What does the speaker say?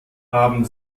haben